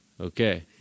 Okay